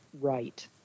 right